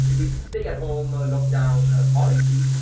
this stay-at-home ah lock down policy.